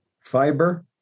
Fiber